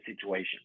situation